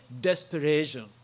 desperation